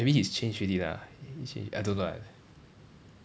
maybe he change already lah he change I don't know ah